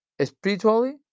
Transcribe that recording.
spiritually